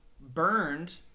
burned